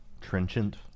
trenchant